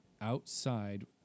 outside